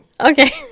Okay